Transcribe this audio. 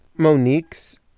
monique's